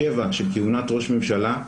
שביעית של כהונת ראש ממשלה,